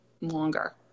longer